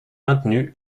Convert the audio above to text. maintenu